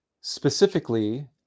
Specifically